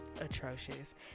atrocious